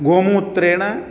गोमूत्रेण